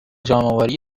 جمعآوری